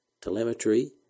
telemetry